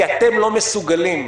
כי אתם לא מסוגלים,